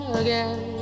again